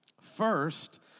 First